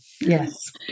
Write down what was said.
Yes